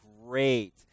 great